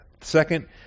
second